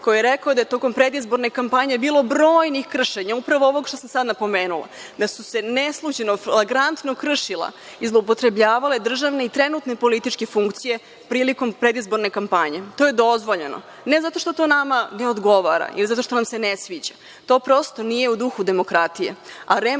koji je rekao da je tokom predizborne kampanje bilo brojnih kršenja, upravo ovog što sam sada napomenula, da su se neslućeno, flagrantno kršila i zloupotrebljavale državne i trenutne političke funkcije prilikom predizborne kampanje. To je dozvoljeno, ne zato što to nama ne odgovara i zato što nam se ne sviđa, to prosto nije u duhu demokratije,